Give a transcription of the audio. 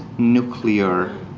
nuclear